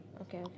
Okay